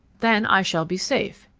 then i shall be safe.